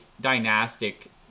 dynastic